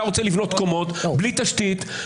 אתה רוצה לבנות קומות בלי תשתית,